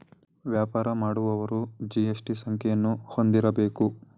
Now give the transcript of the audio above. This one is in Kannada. ವ್ಯಾಪಾರ ಮಾಡುವವರು ಜಿ.ಎಸ್.ಟಿ ಸಂಖ್ಯೆಯನ್ನು ಹೊಂದಿರಬೇಕು